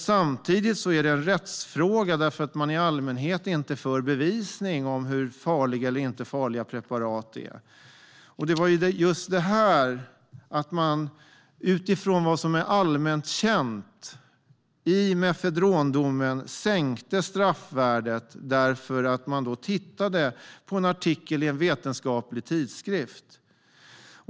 Samtidigt är det en rättsfråga, för i allmänhet för man inte i bevis hur farliga eller inte farliga preparat är. Det är just detta det handlar om. Utifrån vad som är allmänt känt i mefedrondomen sänkte man straffvärdet efter att ha tittat på en artikel i en vetenskaplig tidskrift.